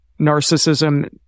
narcissism